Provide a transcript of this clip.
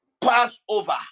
Passover